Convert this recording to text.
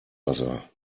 wasser